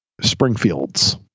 Springfield's